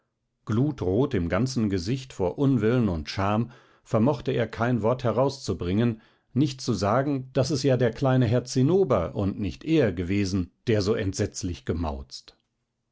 glutrot im ganzen gesicht vor unwillen und scham vermochte er kein wort herauszubringen nicht zu sagen daß es ja der kleine herr zinnober und nicht er gewesen der so entsetzlich gemauzt